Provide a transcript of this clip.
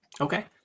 Okay